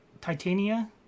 titania